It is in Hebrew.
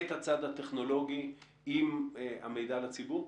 את הצד הטכנולוגי עם המידע לציבור?